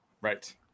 right